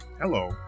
Hello